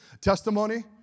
testimony